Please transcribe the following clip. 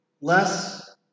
Less